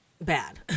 Bad